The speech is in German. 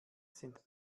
sind